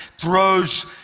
throws